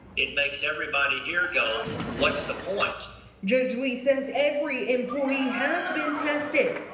it makes everybody here go what's the point judge lee says every employee has been tested.